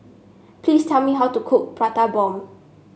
please tell me how to cook Prata Bomb